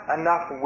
enough